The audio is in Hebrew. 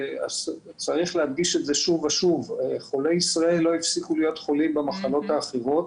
צריך להדגיש שוב ושוב שחולי ישראל לא הפסיקו להיות חולים במחלות האחרות,